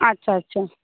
আচ্ছা আচ্ছা